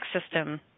system